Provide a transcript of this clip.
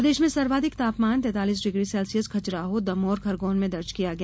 प्रदेश में सर्वाधिक तापमान तैतालीस डिग्री सेल्सियस खजुराहो दमोह और खरगौन में दर्ज किया गया